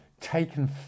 taken